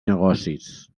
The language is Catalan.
negocis